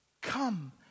Come